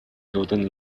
жылдын